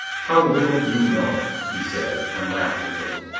how little you know! he said, and laughed a little.